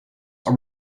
are